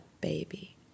baby